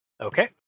Okay